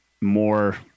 more